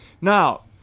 Now